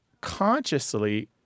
consciously